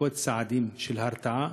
לנקוט צעדים של הרתעה,